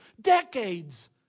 decades